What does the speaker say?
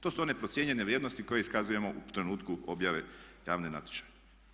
To su one procijenjene vrijednosti koje iskazujemo u trenutku objave javnog natječaja.